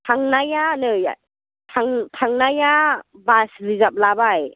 थांनाया नै थां थांनाया बास रिजार्ब लाबाय